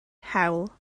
hewl